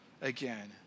again